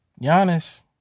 Giannis